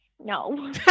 No